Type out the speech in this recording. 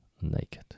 naked